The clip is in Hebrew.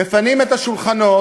מפנים את השולחנות,